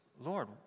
Lord